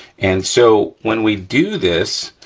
and so, when we do this,